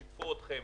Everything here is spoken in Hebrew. שיתפו אתכם?